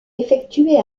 effectuer